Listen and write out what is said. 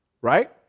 Right